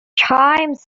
chimes